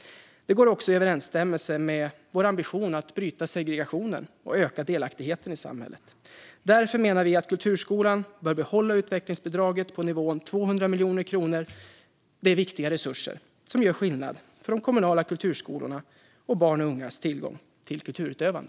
Det är också i överensstämmelse med vår ambition att bryta segregationen och öka delaktigheten i samhället. Därför menar vi att kulturskolan bör behålla utvecklingsbidraget på nivån 200 miljoner kronor. Det är viktiga resurser som gör skillnad för de kommunala kulturskolorna och barns och ungas tillgång till kulturutövande.